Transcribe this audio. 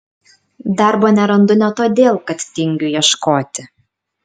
darbo nerandu ne todėl kad tingiu ieškoti